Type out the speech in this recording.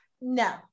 No